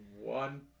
one